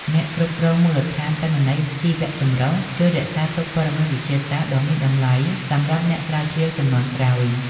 អ្នកគ្រប់គ្រងមូលដ្ឋានទិន្នន័យជីវៈចម្រុះ ជួយរក្សាទុកព័ត៌មានវិទ្យាសាស្ត្រដ៏មានតម្លៃសម្រាប់អ្នកស្រាវជ្រាវជំនាន់ក្រោយ។